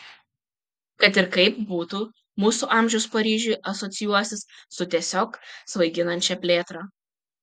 kad ir kaip būtų mūsų amžius paryžiui asocijuosis su tiesiog svaiginančia plėtra